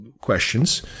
questions